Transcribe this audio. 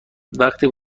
وقتی